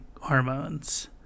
hormones